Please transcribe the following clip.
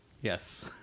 yes